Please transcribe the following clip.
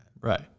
Right